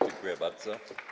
Dziękuję bardzo.